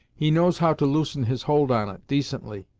he knows how to loosen his hold on it, decently,